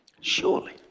Surely